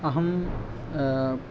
अहं